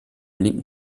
linken